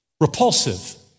repulsive